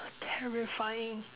terrifying